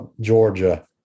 georgia